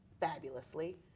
fabulously